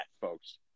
folks